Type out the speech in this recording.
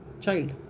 child